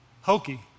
hokey